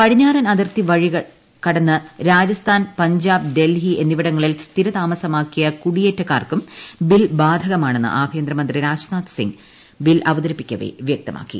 പടിഞ്ഞാറൻ അതിർത്തി വഴി കടന്ന് രാജസ്ഥാൻ പഞ്ചാബ് ഡൽഹി എന്നിവിടങ്ങളിൽ സ്ഥിരതാമസമാക്കിയ കുടിയേറ്റക്കാർക്കും ബിൽ ബാധകമാണെന്ന് ആഭ്യന്തരമന്ത്രി രാജ്നാഥ്സിംഗ് ബിൽ അവതരിപ്പിക്കവേ വൃക്തമാക്കി